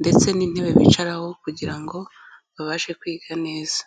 ndetse n'intebe bicaraho kugira ngo babashe kwiga neza.